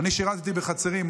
אני שירתי בחצרים.